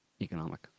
economic